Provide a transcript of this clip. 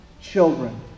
children